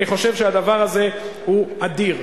הדבר הזה הוא אדיר.